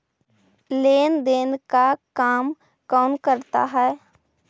लेन देन का काम कौन करता है?